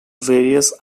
various